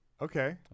Okay